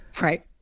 Right